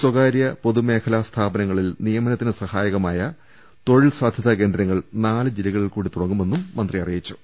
സ്വകാര്യ പൊതുമേഖലാ സ്ഥാപനങ്ങളിൽ നിയമനത്തിന് സഹാ യകമായ തൊഴിൽസാധ്യതാ കേന്ദ്രങ്ങൾ നാല് ജില്ലകളിൽകൂടി തുടങ്ങു മെന്നും മന്ത്രി പറഞ്ഞു